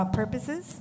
purposes